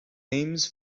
names